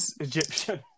Egyptian